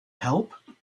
help